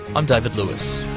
i'm david lewis